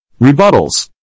Rebuttals